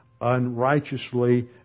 unrighteously